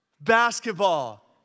basketball